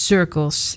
Circles